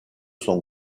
son